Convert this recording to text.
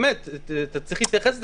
אתה צריך להתייחס לזה.